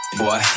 boy